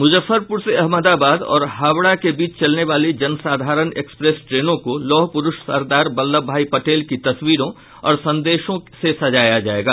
मुजफ्फरपुर से अहमदाबाद और हावड़ा के बीच चलने वाली जनसाधारण एक्सप्रेस ट्रेनों को लौहपुरूष सरदार वल्लभ भाई पटेल की तस्वीरों और संदेशों से सजाया जायेगा